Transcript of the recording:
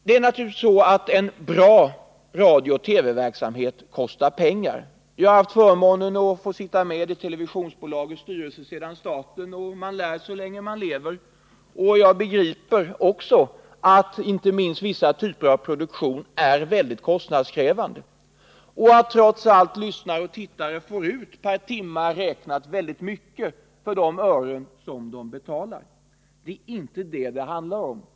Det är naturligtvis så att en bra radiooch TV-verksamhet kostar pengar. Jag har haft förmånen att få sitta i televisionsbolagets styrelse sedan starten. Man lär så länge man lever, och jag begriper också att inte minst vissa typer av produktion är väldigt kostnadskrävande och att lyssnare och tittare trots allt får ut väldigt mycket per timme räknat för de pengar de betalar. Det är inte det det handlar om.